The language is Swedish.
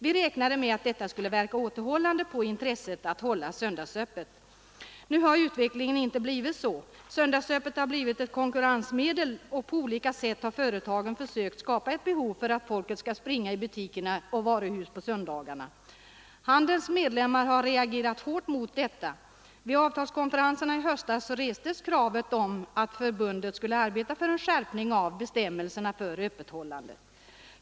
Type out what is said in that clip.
Vi räknade med att detta skulle verka återhållande på intresset att hålla söndagsöppet. Nu har utvecklingen inte blivit så. Söndagsöppet har blivit ett konkurrensmedel och på olika sätt har företagen försökt skapa ett ”behov för att folk skall springa i butikerna och varuhus på söndagarna. Handels medlemmar har reagerat hårt mot detta. Vid avtalskonferenserna i höstas restes kravet om att förbundet skulle arbeta för en skärpning av bestämmelserna för öppethållandet.